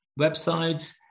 websites